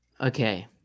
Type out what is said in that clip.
okay